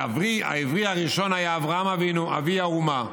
העברי הראשון היה אברהם אבינו, אבי האומה,